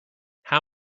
how